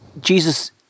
Jesus